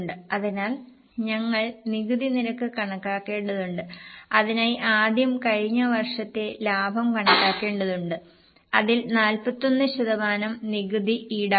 അതിനാൽ ഞങ്ങൾ നികുതി നിരക്ക് കണക്കാക്കേണ്ടതുണ്ട് അതിനായി ആദ്യം കഴിഞ്ഞ വർഷത്തെ ലാഭം കണക്കാക്കേണ്ടതുണ്ട് അതിൽ 41 ശതമാനം നികുതി ഈടാക്കുന്നു